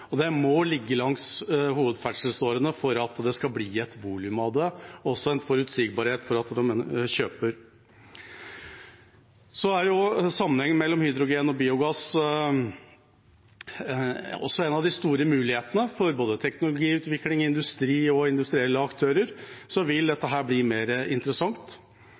og det må ligge langs hovedferdselsårene for at det skal bli et volum av det, og også en forutsigbarhet for kjøper. Sammenhengen mellom hydrogen og biogass er også en av de store mulighetene. For både teknologiutvikling, industri og industrielle aktører vil dette bli mer interessant. Biogass vil bli svært interessant,